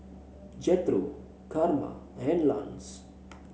Jethro Karma and Lance